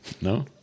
No